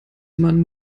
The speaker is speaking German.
man